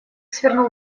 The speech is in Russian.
свернул